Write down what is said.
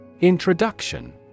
Introduction